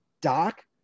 Doc